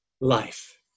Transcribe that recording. life